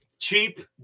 Cheap